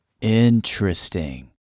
Interesting